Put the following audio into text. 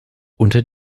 unter